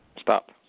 Stop